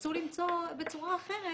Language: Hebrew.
תנסו למצוא בצורה אחרת